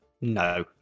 no